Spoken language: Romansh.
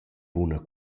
buna